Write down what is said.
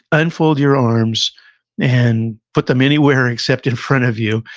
unfold your arms and put them anywhere except in front of you,